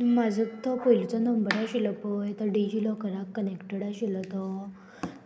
म्हाजो तो पयलीचो नंबर आशिल्लो पळय तो डिजिलॉकराक कनेक्टेड आशिल्लो तो